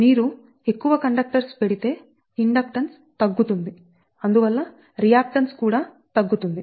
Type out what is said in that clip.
మీరు ఎక్కువ కండక్టర్స్ పెడితే ఇండక్టెన్స్ తగ్గుతుంది అందువల్ల రియాక్టన్స్ కూడా తగ్గుతుంది